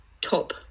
top